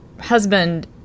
husband